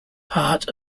part